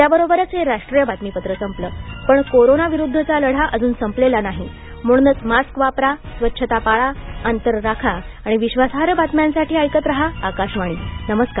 याबरोबरच हे राष्ट्रीय बातमीपत्र संपल पण कोरोनाविरुद्धचा लढा अजून संपलेला नाही म्हणूनच मास्क वापरा स्वच्छता पाळा अंतर राखा आणि विश्वासार्ह बातम्यांसाठी ऐकत रहा आकाशवाणी नमस्कार